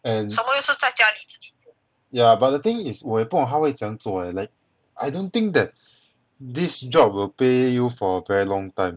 and yeah but the thing is 我也不懂他会怎样做 leh I don't think that this job will pay you for a very long time